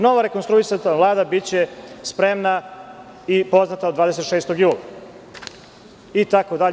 Nova rekonstruisana Vlada biće spremna i poznata od 26. jula itd.